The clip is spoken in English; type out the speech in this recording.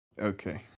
Okay